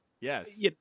yes